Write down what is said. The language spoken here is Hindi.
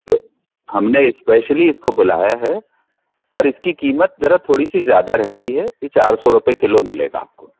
तो हमने इसको स्पेशली इसको बुलाया है पर इसकी कीमत ज़रा थोड़ी सी ज़्यादा रहती है ये चार सौ रुपए किलो मिलेगा आपको